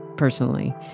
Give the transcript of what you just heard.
Personally